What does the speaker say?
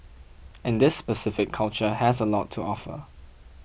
and this specific culture has a lot to offer